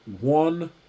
one